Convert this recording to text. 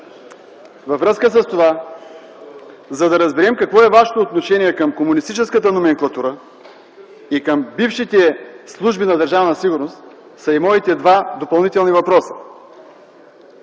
Във връзка с това, за да разберем какво е Вашето отношение към комунистическата номенклатура и към бившите служби на Държавна сигурност, са и моите два допълнителни въпроса.